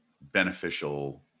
beneficial